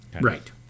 Right